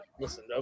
listen